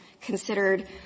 considered